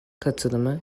katılımı